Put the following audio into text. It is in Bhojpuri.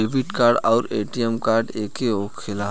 डेबिट कार्ड आउर ए.टी.एम कार्ड एके होखेला?